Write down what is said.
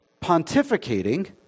pontificating